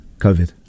Covid